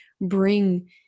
bring